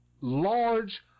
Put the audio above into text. large